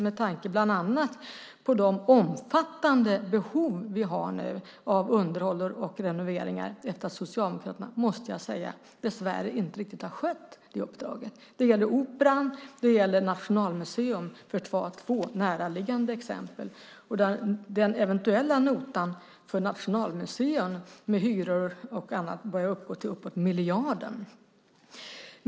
Vi har omfattande behov av underhåll och renoveringar efter att Socialdemokraterna, måste jag säga, dessvärre inte riktigt har skött det uppdraget. Det gäller Operan och Nationalmuseum, för att ta två näraliggande exempel. Den eventuella notan för Nationalmuseum med hyror och annat börjar uppgå till miljarden.